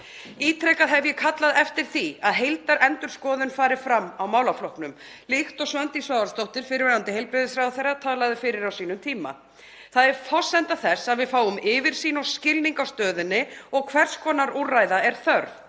Ítrekað hef ég kallað eftir því að heildarendurskoðun fari fram á málaflokknum, líkt og Svandís Svavarsdóttir, fyrrverandi heilbrigðisráðherra, talaði fyrir á sínum tíma. Það er forsenda þess að við fáum yfirsýn og skilning á stöðunni og hvers konar úrræða er þörf.